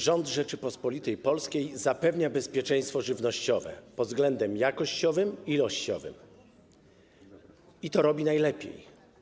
Rząd Rzeczypospolitej Polskiej zapewnia bezpieczeństwo żywnościowe pod względem jakościowym i ilościowym, i robi to najlepiej.